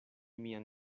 mian